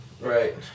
Right